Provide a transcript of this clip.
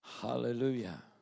Hallelujah